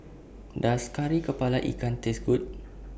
Does Kari Kepala Ikan Taste Good